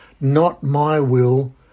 not-my-will